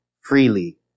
freely